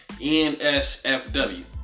N-S-F-W